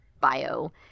bio